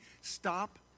stop